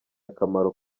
akamaro